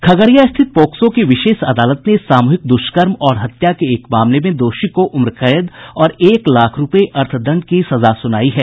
खगड़िया स्थित पोक्सो की विशेष अदालत ने सामूहिक दुष्कर्म और हत्या के एक मामले में दोषी को उम्रकैद और एक लाख रुपये अर्थदंड की सजा सुनायी है